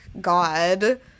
god